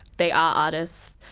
they are artists.